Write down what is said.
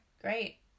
Great